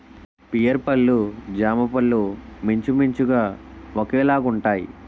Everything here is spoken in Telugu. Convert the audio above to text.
పియర్ పళ్ళు జామపళ్ళు మించుమించుగా ఒకేలాగుంటాయి